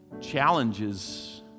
challenges